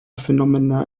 phenomena